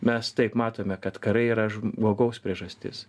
mes taip matome kad karai yra žmogaus priežastis